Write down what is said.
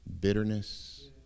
Bitterness